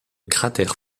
cratères